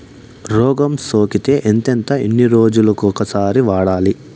రోగం సోకితే ఎంతెంత ఎన్ని రోజులు కొక సారి వాడాలి?